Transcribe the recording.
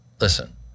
Listen